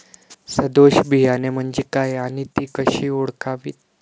सदोष बियाणे म्हणजे काय आणि ती कशी ओळखावीत?